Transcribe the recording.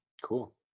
cool